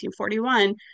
1941